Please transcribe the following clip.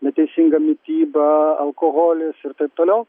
neteisinga mityba alkoholis ir taip toliau